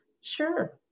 Sure